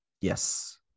Yes